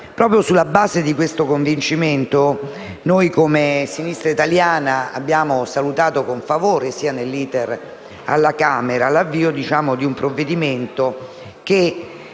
proprio sulla base di questo convincimento, noi come Sinistra Italiana abbiamo salutato con favore, già nell'*iter* alla Camera, l'avvio di un provvedimento che